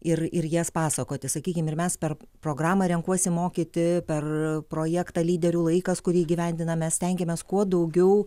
ir ir jas pasakoti sakykim ir mes per programą renkuosi mokyti per projektą lyderių laikas kurį įgyvendiname stengiamės kuo daugiau